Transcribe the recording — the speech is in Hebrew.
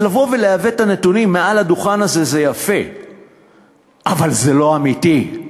אז לבוא ולעוות את הנתונים מעל הדוכן הזה זה יפה אבל זה לא אמיתי.